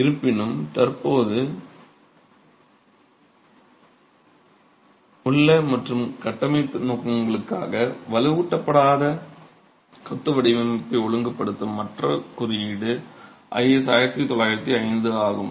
இருப்பினும் தற்போதுள்ள மற்றும் கட்டமைப்பு நோக்கங்களுக்காக வலுவூட்டப்படாத கொத்து வடிவமைப்பை ஒழுங்குபடுத்தும் மற்ற குறியீடு IS 1905 ஆகும்